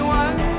one